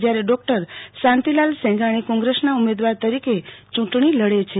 જયારે ડોક્ટર શાંતિલાલ સેંઘાણી કોંગ્રેસના ઉમેદવાર તરીકે યૂંટણી લડે છે